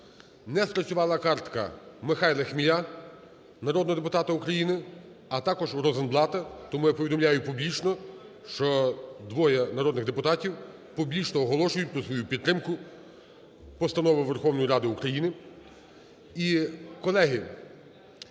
не спрацювала картка Михайла Хміля, а також Розенблата. Тому я повідомляю публічно, що двоє народних депутатів публічно оголошують про свою підтримку постанови Верховної Ради України.